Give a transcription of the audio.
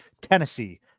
Tennessee